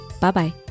Bye-bye